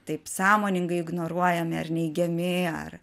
taip sąmoningai ignoruojami ar neigiami ar